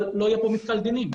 אבל לא יהיה פה מתקל דינים.